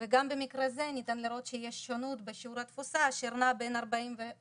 וגם במקרה זה ניתן לראות שיש שונות בשיעור התפוסה אשר נע בין 44%